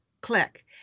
click